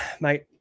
mate